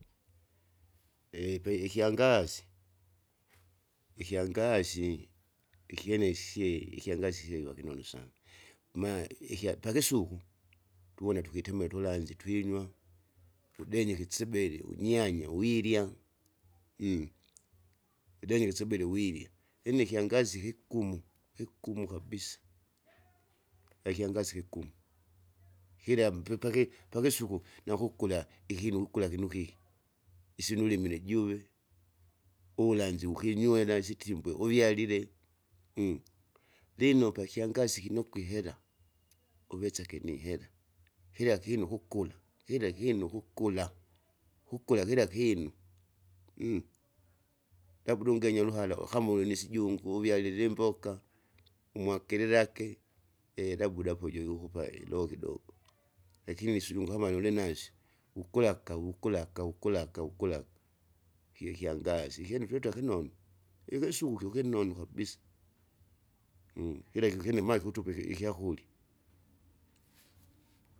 Epi ikyangasi, ikyangasi ikyene siye ikyangasi sieli vakinonu sana, ma ikya pakisuku tuwona tukitemele tulanzi twinywa. Tudenye ikisebele unyanya uwirya, udenge ikisebele wirya, ine ikyangasi kigumu kihgumu kabisa ikyangasi kigumu, kila mpi paki pakisuku nakukula ikinu kukula kinukiki, isi nulimile juve, ulanzi wukinywera, isitimbwe uvyalile, lino pakyangasi kinokwe ihera, uwesake nihera. Kila kinu kukuna kila kinu kukula, kukula kila kinu, labda ungenye ruhala ukamune isijungu uvyalile imboka, umakililake labuda apo jo ikukupa idogo kidogo. Lakini nisijunga kama lulunasyo, ukulaka ukulaka ukulaka ukulaka, kyokyangasi, ikyine filuta kinonu, ikisuki ukinonu kabisa kileke ikyene ma kikutupa ikyakurya.